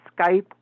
Skype